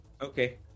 Okay